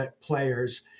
players